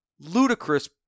ludicrous